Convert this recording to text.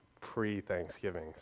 pre-Thanksgiving